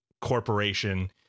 corporation